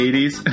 80s